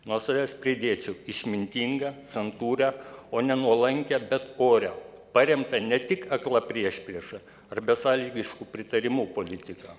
nuo savęs pridėčiau išmintingą santūrią o ne nuolankią bet orią paremtą ne tik akla priešprieša ar besąlygišku pritarimu politika